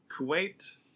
Kuwait